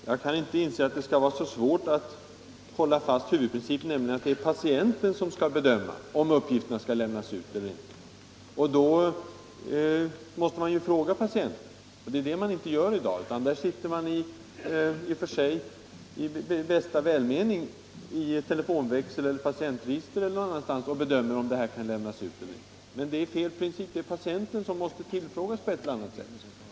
Herr talman! Jag kan inte inse att det skall vara så svårt att hålla fast vid huvudprincipen, att det är patienten som skall bedöma om uppgiften får lämnas ut eller inte. Då måste man ju fråga patienten. Det gör man inte i dag. Där sitter man i telefonväxeln eller någon annanstans och bedömer i bästa välmening om uppgiften skall lämnas ut eller inte.